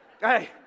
hey